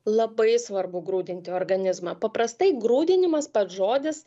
labai svarbu grūdinti organizmą paprastai grūdinimas pats žodis